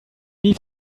need